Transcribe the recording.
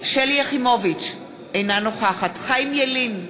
שלי יחימוביץ, אינה נוכחת חיים ילין,